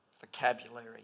vocabulary